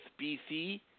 BC